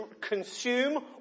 consume